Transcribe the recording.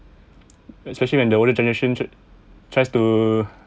especially when the older generations tri~ tries to